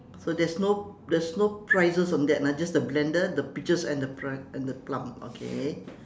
so there is no there is no prices on that ah just the blender the peaches and the pr~ and the plum okay